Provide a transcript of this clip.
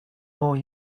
more